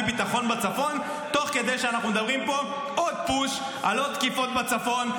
בית הדין הבין-לאומי לא יחשוב שיש פה מערכת אכיפה עצמאית ורצינית,